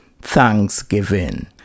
thanksgiving